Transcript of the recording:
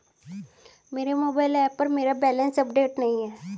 मेरे mobile app पर मेरा बैलेंस अपडेट नहीं है